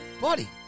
Buddy